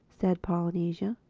said polynesia.